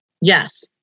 Yes